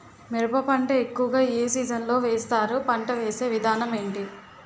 మిరప పంట ఎక్కువుగా ఏ సీజన్ లో వేస్తారు? పంట వేసే విధానం ఎంటి?